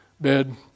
bed